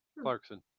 Clarkson